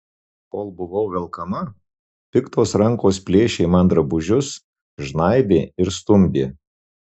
kol buvau velkama piktos rankos plėšė man drabužius žnaibė ir stumdė